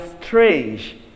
strange